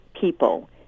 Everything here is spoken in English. people